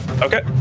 Okay